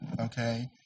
okay